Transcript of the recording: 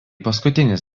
paskutinis